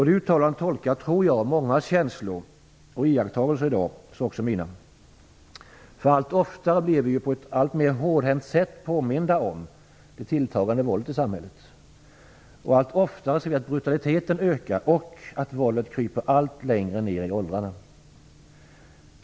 Det uttalandet tolkar, tror jag, många känslor och iakttagelser i dag, så också mina. Allt oftare blir vi ju på ett alltmer hårdhänt sätt påminda om det tilltagande våldet i samhället. Och allt oftare ser vi att brutaliteten ökar och att våldet kryper allt längre ner i åldrarna.